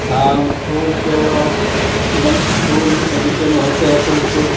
हाँ हम फूल को मत फूल बगीचे में होते हैं तो उनको